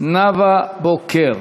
נאוה בוקר.